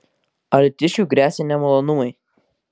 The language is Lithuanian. alytiškiui gresia nemalonumai